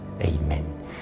Amen